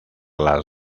las